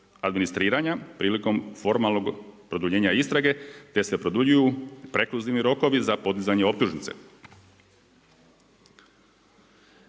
administriranja, prilikom formalnog produljenja istrage, te se produljuju rekurzivni rokovi za poduzimanje optužnice.